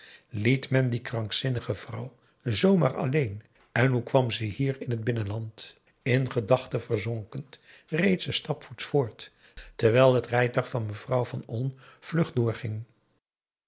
liet men die krankzinnige vrouw zoo maar alleen en hoe kwam ze hier in het binnenland in gedachten verzonken reed ze stapvoets voort terwijl het rijtuig van mevrouw van olm vlug doorging